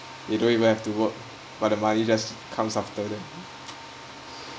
they don't even have to work but the money just comes after them